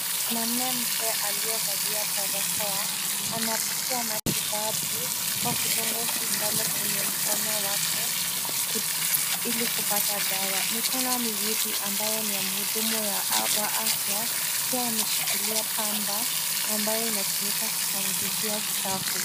Mwanaúme mzee aliyevalia barakoa anapokea matibabu kwa kudungwa sindano kwenye mkono wake ili kupata dawa. Mikono miwili ambayo ni ya muhudumu wa afya pia ameshikilia pamba ambayo inatumika kupanguzia uchafu.